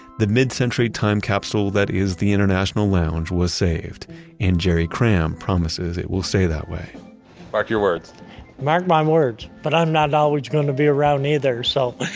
the mid-century time capsule that is the international lounge was saved and jerry cramm promises it will stay that way mark your words mark my words. but i'm not always going to be around either so